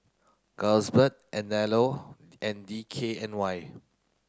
Carlsberg Anello and D K N Y